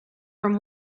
from